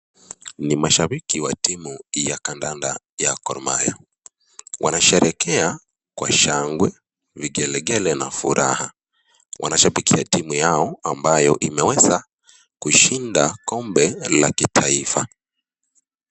Ni mashabiki wa timu ya kandanda ya Gor Mahia wanasherehekea kwa shangwe, vigelegele na furaha wanashabikia timu yao ambayo imeweza kushinda kombe la kitaifa.